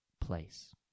place